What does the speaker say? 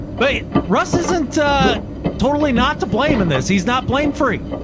but russ isn't a totally not to blame in this. he's not blame-free.